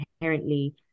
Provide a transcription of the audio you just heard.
inherently